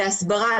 להסברה,